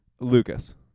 Lucas